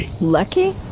Lucky